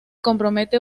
compromete